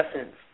essence